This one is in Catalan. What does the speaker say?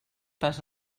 pas